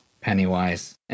Pennywise